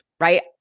right